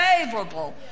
favorable